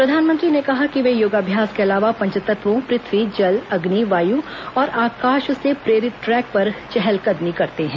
प्रधानमंत्री ने कहा कि ये योगाभ्यास के अलावा पंचतत्वों पृथ्वी जल अग्नि वायु और आकाश से बने ट्रैक पर चहल कदमी करते हैं